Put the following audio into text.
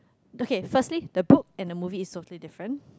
okay firstly the book and the movie is something different